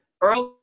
Early